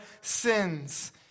sins